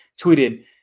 tweeted